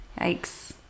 Yikes